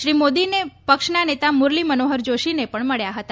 શ્રી મોદીને પક્ષના નેતા મુરલી મનોહર જોષીને પણ મળ્યા હતા